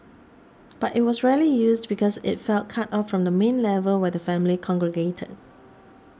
but it was rarely used because it felt cut off from the main level where the family congregated